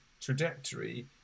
trajectory